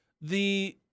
the-